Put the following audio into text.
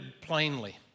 plainly